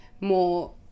more